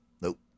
Nope